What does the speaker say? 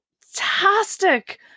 fantastic